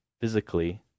physically